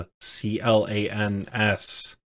C-L-A-N-S